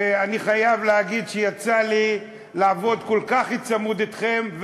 שאני חייב להגיד שיצא לי לעבוד כל כך צמוד אתכם,